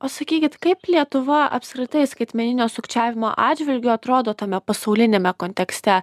o sakykit kaip lietuva apskritai skaitmeninio sukčiavimo atžvilgiu atrodo tame pasauliniame kontekste